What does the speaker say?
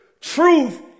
Truth